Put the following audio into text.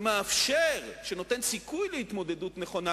שמאפשר, שנותן סיכוי להתמודדות נכונה,